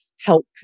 help